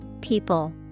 people